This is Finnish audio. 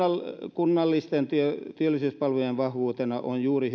kunnallisten työllisyyspalvelujen vahvuutena pidetään juuri